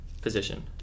position